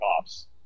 cops